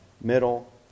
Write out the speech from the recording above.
middle